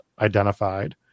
identified